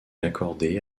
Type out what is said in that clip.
accordées